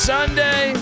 Sunday